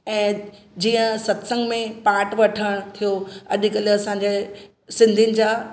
ऐं जीअं सत्संगु में पार्ट वठणु थिओ अॼुकल्ह असांजे सिंधीन जा